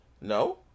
No